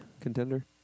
Contender